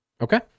Okay